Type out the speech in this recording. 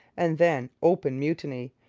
and then open mutiny.